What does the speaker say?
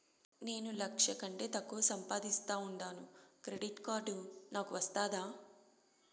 నేను లక్ష కంటే తక్కువ సంపాదిస్తా ఉండాను క్రెడిట్ కార్డు నాకు వస్తాదా